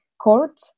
court